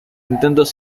intentos